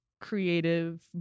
creative